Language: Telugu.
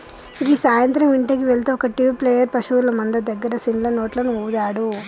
గీ సాయంత్రం ఇంటికి వెళ్తే ఒక ట్యూబ్ ప్లేయర్ పశువుల మంద దగ్గర సిన్న నోట్లను ఊదాడు